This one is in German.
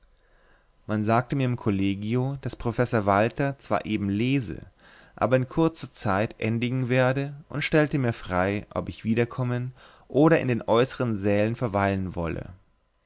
man sagte mir im kollegio daß professor walther zwar eben lese aber in kurzer zeit endigen werde und stellte mir frei ob ich wiederkommen oder in den äußeren sälen verweilen wolle